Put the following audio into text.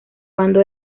bando